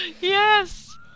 Yes